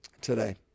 today